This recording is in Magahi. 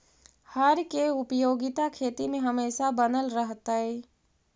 हर के उपयोगिता खेती में हमेशा बनल रहतइ